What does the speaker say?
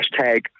hashtag